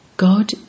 God